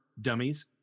dummies